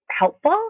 helpful